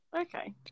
okay